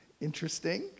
interesting